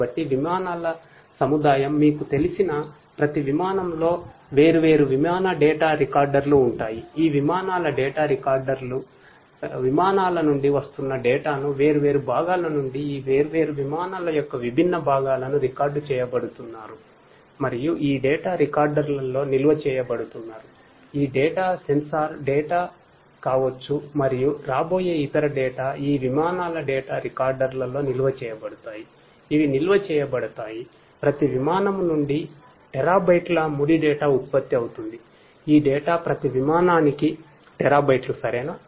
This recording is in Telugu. కాబట్టి విమానాల సముదాయంమీకు తెలిసిన ప్రతి విమానంలో వేర్వేరు విమాన డేటా ప్రతి విమానానికిటెరాబైట్లు సరెనా